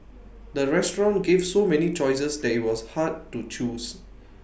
the restaurant gave so many choices that IT was hard to choose